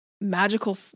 magical